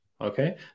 Okay